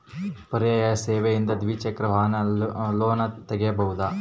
ಪರ್ಯಾಯ ಸೇವೆಯಿಂದ ದ್ವಿಚಕ್ರ ವಾಹನದ ಲೋನ್ ತಗೋಬಹುದಾ?